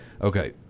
Okay